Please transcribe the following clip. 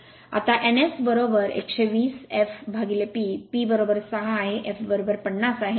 आता n S120 fP P 6 आहे f 50 आहे म्हणून ns 1000 rpm आहे